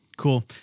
cool